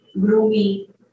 grooming